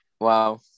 Wow